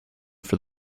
for